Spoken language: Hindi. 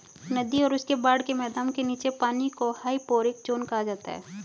नदी और उसके बाढ़ के मैदान के नीचे के पानी को हाइपोरिक ज़ोन कहा जाता है